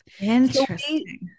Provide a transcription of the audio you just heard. Interesting